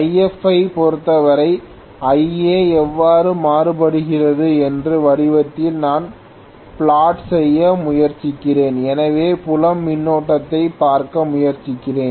If ஐ பொறுத்தவரை Ia எவ்வாறு மாறுபடுகிறது என்ற வடிவத்தில் நான் பிளாட் செய்ய முயற்சிக்கிறேன் எனவே புலம் மின்னோட்டத்தைப் பார்க்க முயற்சிக்கிறேன்